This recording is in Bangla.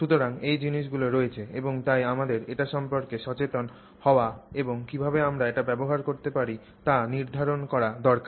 সুতরাং এই জিনিসগুলি রয়েছে এবং তাই আমাদের এটি সম্পর্কে সচেতন হওয়া এবং কীভাবে আমরা এটি ব্যবহার করতে পারি তা নির্ধারণ করা দরকার